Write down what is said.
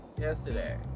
Yesterday